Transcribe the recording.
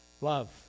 Love